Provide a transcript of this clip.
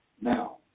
Now